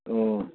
अह